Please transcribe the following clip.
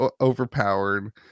overpowered